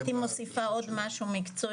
אני ברשותכם הייתי מוסיפה עוד משהו מקצועי,